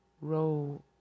row